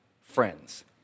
friends